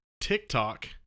TikTok